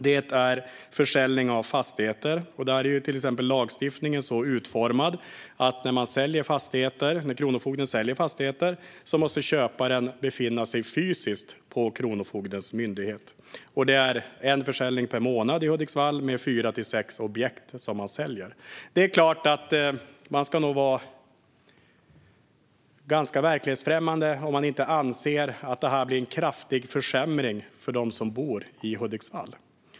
Man har försäljning av fastigheter, och lagstiftningen är så utformad att när Kronofogden säljer fastigheter måste köparen befinna sig där fysiskt. Det är en försäljning per månad då fyra till sex objekt säljs. Man ska vara ganska verklighetsfrånvänd om man anser att detta inte blir en kraftig försämring för dem som bor i Hudiksvall.